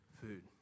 food